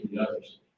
others